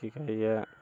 की कहियै